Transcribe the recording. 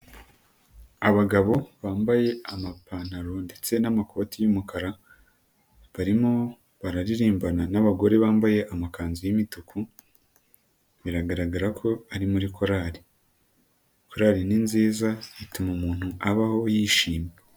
Abagabo bambaye amapantaro ndetse n'amakoti y'umukara barimo bararirimbana n'abagore bambaye amakanzu y'imituku biragaragara ko ari muri korari, korari ni nziza ituma umuntu abaho yishimye.